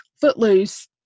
Footloose